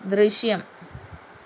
ദൃശ്യം